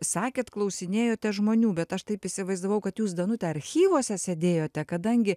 sakėt klausinėjote žmonių bet aš taip įsivaizdavau kad jūs danute archyvuose sėdėjote kadangi